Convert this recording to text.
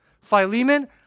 Philemon